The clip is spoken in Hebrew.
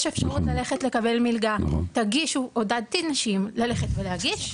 אפשרות להגיש מלגה ועודדתי אנשים להגיש.